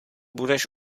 budeš